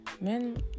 men